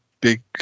big